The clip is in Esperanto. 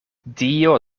dio